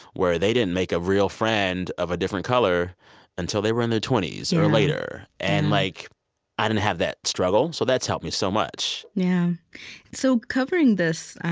where they didn't make a real friend of a different color until they were in their twenty s or later. and like i didn't have that struggle, so that's helped me so much yeah so covering this,